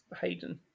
Hayden